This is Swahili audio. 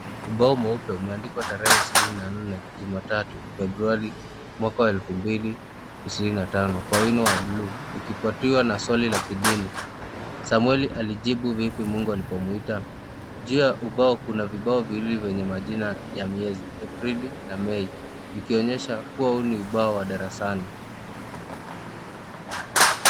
Ubao mweupe umeandikwa tarehe 24 Jumatatu, Februari 2025 kwa wino wa buluu ikifuatiwa na swali la kidini: Samueli alijibu vipi Mungu alipomwita? Juu ya ubao , kuna vibao viwili vyenye majina ya miezi, Aprili na Mei ikionyesha kuwa huu ni ubao wa darasani.